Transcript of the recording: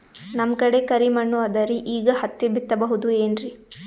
ನಮ್ ಕಡೆ ಕರಿ ಮಣ್ಣು ಅದರಿ, ಈಗ ಹತ್ತಿ ಬಿತ್ತಬಹುದು ಏನ್ರೀ?